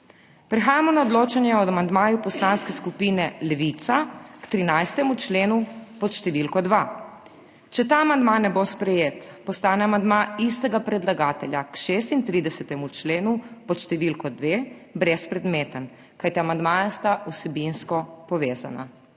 Prehajamo na odločanje o amandmaju Poslanske skupine Levica k 13. členu pod številko 2. Če ta amandma ne bo sprejet postane amandma istega predlagatelja k 36. členu pod številko 2 brezpredmeten, kajti amandmaja sta vsebinsko povezana.